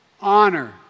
honor